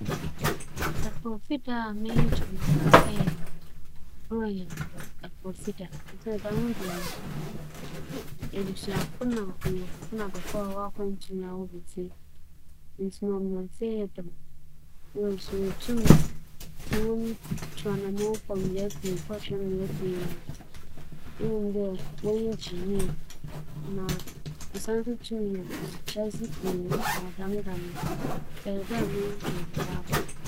Afoofi da a m'enyi gye ho papaapa nye Ebͻw ne da ͻtͻ do esia osiandɛ dɛm da yi na yɛdze kaa ber a Ghana nyaa ne fahodzi fii Aborͻfo nsa mu. Dɛm da yi som bo ma Ghananyi biara ma dɛm ntsi mbrɛ skuulfo mbofra twa kurow mu na wͻyɛ dede bͻ ose, ͻma m'enyi gye dɛm da yi ho dɛ ͻyɛ afoofi da papaapa.